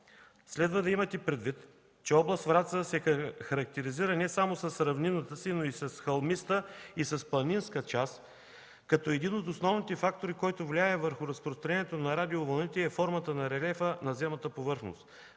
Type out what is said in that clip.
Следва да имате предвид, че област Враца се характеризира не само с равнинната си, но и с хълмиста и планинска част, като един от основните фактори, който влияе върху разпространението на радиовълните, е формата на релефа на земната повърхност.